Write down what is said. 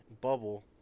bubble